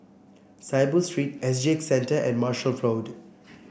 Saiboo Street S G X Centre and Marshall Road